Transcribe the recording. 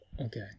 okay